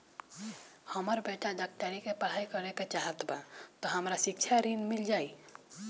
हमर बेटा डाक्टरी के पढ़ाई करेके चाहत बा त हमरा शिक्षा ऋण मिल जाई?